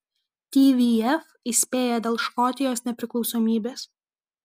tvf įspėja dėl škotijos nepriklausomybės